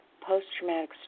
post-traumatic